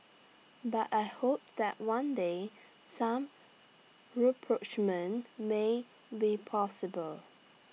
but I hope that one day some rapprochement may be possible